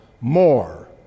more